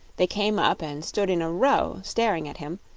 they came up and stood in a row, staring at him,